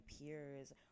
peers